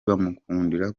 bamukundira